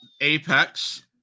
Apex